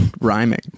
rhyming